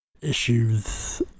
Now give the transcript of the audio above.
issues